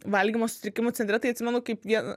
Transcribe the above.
valgymo sutrikimų centre tai atsimenu kaip vieną